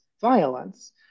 violence